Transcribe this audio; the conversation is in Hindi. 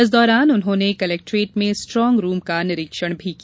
इस दौरान उन्होंने कलेक्ट्रेट स्ट्रांग रूम का निरीक्षण भी किया